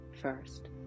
first